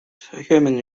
human